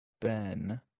Ben